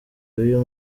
yuyu